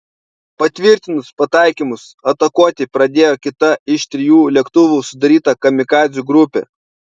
patvirtinus pataikymus atakuoti pradėjo kita iš trijų lėktuvų sudaryta kamikadzių grupė